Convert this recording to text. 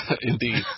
Indeed